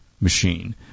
machine